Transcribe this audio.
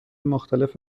مختلف